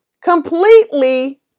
completely